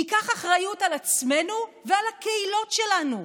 ניקח אחריות על עצמנו ועל הקהילות שלנו,